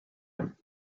him